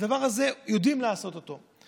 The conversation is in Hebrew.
הדבר הזה, יודעים לעשות אותו.